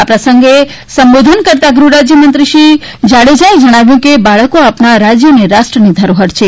આ પ્રંસગે સંબોધન કરતા ગૃહ રાજ્યમંત્રી શ્રી પ્રદિપસિંહ જાડેજાએ જણાવ્યુ છે કે બાળકી આપણા રાજ્ય અને રાષ્ટ્રની ધરોહર છે